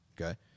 Okay